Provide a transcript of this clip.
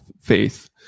Faith